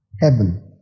heaven